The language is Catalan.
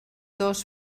dos